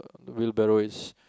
on the wheelbarrow is